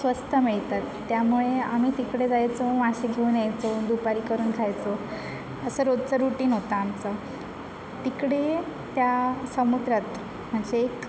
स्वस्त मिळतात त्यामुळे आम्ही तिकडे जायचो मासे घेऊन यायचो दुपारी करून खायचो असं रोजचं रुटीन होतं आमचं तिकडे त्या समुद्रात म्हणजे एक